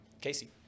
Casey